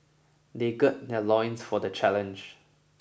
they gird their loins for the challenge